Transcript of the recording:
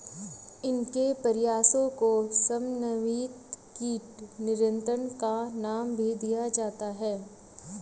इनके प्रयासों को समन्वित कीट नियंत्रण का नाम भी दिया जाता है